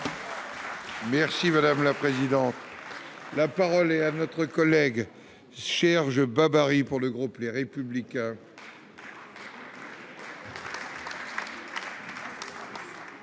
Merci madame la présidente. La parole est à notre collègue cher je babary pour le groupe Les Républicains.